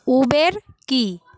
Uber কী